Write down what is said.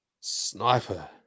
Sniper